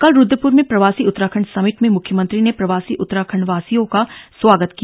कल रुद्रपुर में प्रवासी उत्तराखण्ड समिट में मुख्यमंत्री ने प्रवासी उत्तराखण्डवासियों का स्वागत किया